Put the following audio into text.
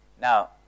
Now